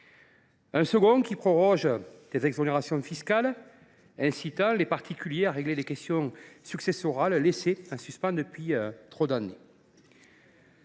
le second proroge des exonérations fiscales incitant les particuliers à régler les questions successorales laissées en suspens depuis trop d’années.